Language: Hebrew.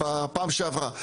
בפעם שעברה.